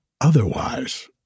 Otherwise